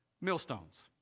Millstones